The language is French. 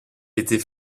était